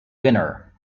winner